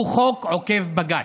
הוא חוק עוקף בג"ץ.